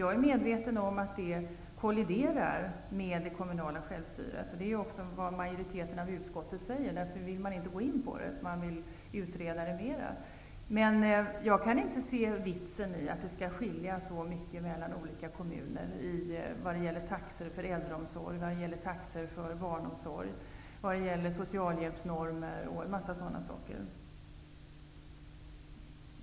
Jag är medveten om att det kolliderar med det kommunala självstyret. Det är också vad majoriteten av utskottet säger. Därför vill man inte gå in på det, utan man vill utreda det mera. Jag kan inte se vitsen i att det skall skilja sig så mycket mellan olika kommuner vad gäller taxor för äldreomsorg och barnomsorg, socialhjälpsnormer osv.